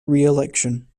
reelection